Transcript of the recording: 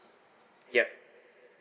yup